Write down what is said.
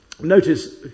Notice